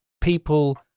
people